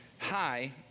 Hi